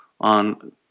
on